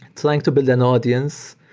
trying to build an audience.